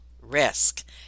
risk